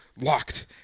locked